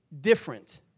different